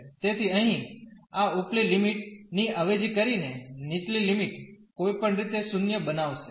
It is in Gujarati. તેથી અહીં આ ઉપલી લિમિટ ની અવેજી કરીને નીચલી લિમિટ કોઈપણ રીતે 0 બનાવશે